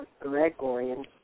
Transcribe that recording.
Gregorian